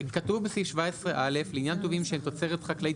כתוב בסעיף 17א לעניין טובין שהם תוצרת חקלאית,